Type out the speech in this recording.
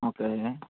okay